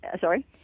Sorry